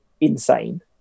insane